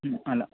అలా